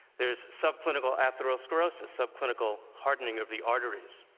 there's subclinical atherosclerosis, subclinical hardening of the arteries,